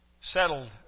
Settled